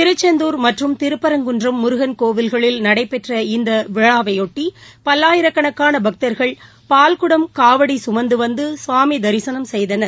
திருச்செந்தூர் மற்றும் திருப்பரங்குன்றம் முருகன் கோவில்களில் நடைபெற்ற இந்த திருவிழாயையொட்டி பல்லாயிரக்கணக்கான பக்தர்கள் பால்குடம் காவடி சுமந்து வந்து சாமி தரிசனம் செய்தனர்